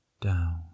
down